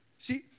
See